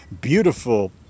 beautiful